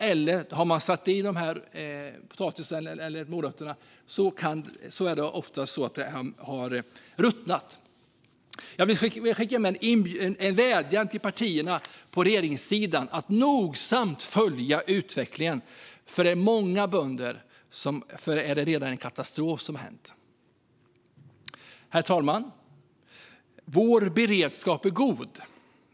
Och har man satt potatisen eller morötterna har de ofta ruttnat. Jag vill skicka med en vädjan till partierna på regeringssidan att nogsamt följa utvecklingen. För många bönder är det redan en katastrof som hänt. Herr talman! "Vår beredskap är god."